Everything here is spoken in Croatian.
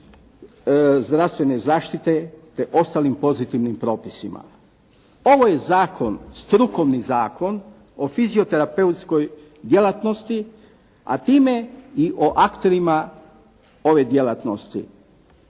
zdravstvene zaštite te ostalim pozitivnim propisima. Ovo je zakon, strukovni zakon o fizioterapeutskoj djelatnosti, a time i o akterima ove djelatnosti.